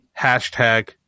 hashtag